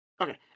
Okay